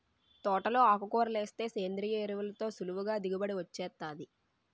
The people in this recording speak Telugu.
తోటలో ఆకుకూరలేస్తే సేంద్రియ ఎరువులతో సులువుగా దిగుబడి వొచ్చేత్తాది